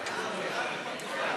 סעיפים 1 4 נתקבלו.